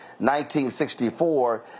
1964